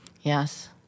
Yes